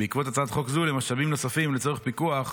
שבעקבות הצעת חוק זו יידרש למשאבים נוספים לצורך פיקוח,